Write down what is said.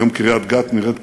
היום קריית-גת נראית קרובה,